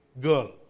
girl